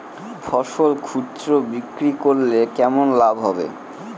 ফসল খুচরো বিক্রি করলে কেমন লাভ হবে?